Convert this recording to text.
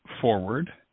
forward